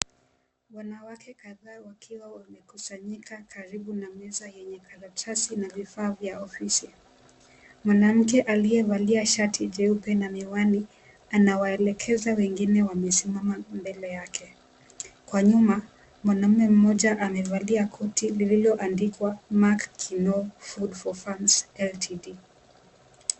Wanawake kadhaa wakiwa wamekusanyika karibu na meza yenye karatasi na vifaa vya ofisi. Mwanamke aliyevalia shati jeupe na miwani anawaelekeza wengine wamesimama mbele yake. Kwa nyuma kuna mwanaume mmoja amevalia koti lililoandikwa Mark Kinoo Food For Funs LTD .